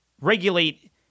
regulate